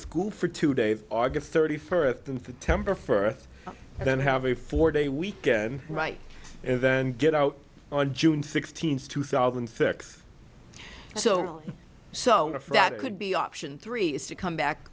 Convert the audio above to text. school for two days argued thirty furth and temper furth and then have a four day weekend right and then get out on june sixteenth two thousand and six so so that could be option three is to come back